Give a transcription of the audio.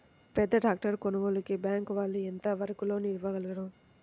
పెద్ద ట్రాక్టర్ కొనుగోలుకి బ్యాంకు వాళ్ళు ఎంత వరకు లోన్ ఇవ్వగలరు?